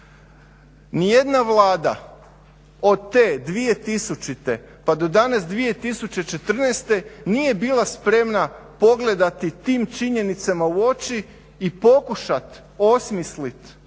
Nijedna Vlada od te 2000.-te pa do danas 2014.nije bila spreman pogledati tim činjenicama u oči i pokušati osmislit